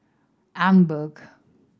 emborg